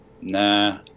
Nah